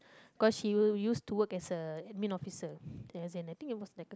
cause she will used to work as a admin officer it has in I think it was like a